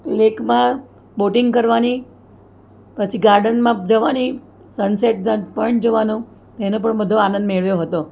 લેકમાં boating કરવાની પછી ગાર્ડનમાં જવાની સન્સેટ પોઈંટ જોવાનો એનો પણ બધો આનંદ મેળવ્યો હતો